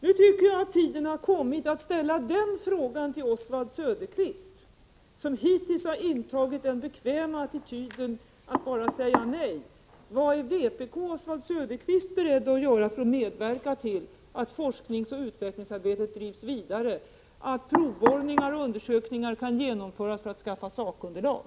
Nu tycker jag att tiden har kommit att fråga Oswald Söderqvist, som hittills intagit den bekväma attityden att bara säga nej: Vad är vpk och Oswald Söderqvist beredda att göra för att medverka till att forskningsoch utvecklingsarbetet drivs vidare, att provborrningar och undersökningar kan genomföras för att skaffa fram sakunderlag?